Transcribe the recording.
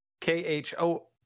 K-H-O-